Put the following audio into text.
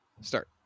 start